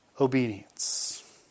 obedience